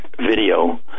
video